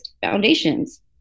foundations